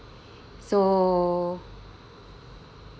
so